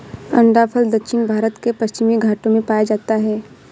अंडाफल दक्षिण भारत के पश्चिमी घाटों में पाया जाता है